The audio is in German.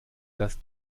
das